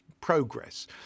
progress